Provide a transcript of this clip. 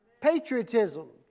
patriotism